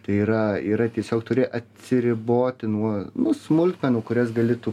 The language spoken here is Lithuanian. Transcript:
tai yra yra tiesiog turi atsiriboti nuo nuo smulkmenų kurias gali tu